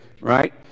right